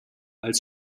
als